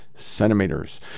Centimeters